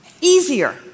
easier